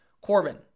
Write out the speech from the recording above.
Corbin